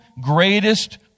greatest